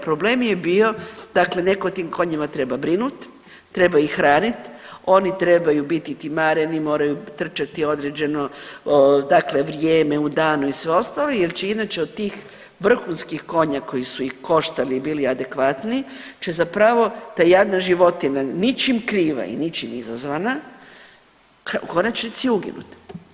Problem je bio dakle netko o tim konjima treba brinuti, treba ih hraniti, oni trebaju biti timareni, moraju trčati određeno dakle vrijeme u danu i sve ostalo jer će inače od tih vrhunskih konja koji su i koštali i bili adekvatni će zapravo ta javna životinja ničim kriva i ničim izazvana u konačnici uginuti.